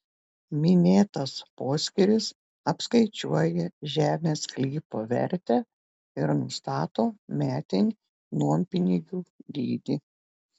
minėtas poskyris apskaičiuoja žemės sklypo vertę ir nustato metinį nuompinigių dydį